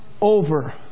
over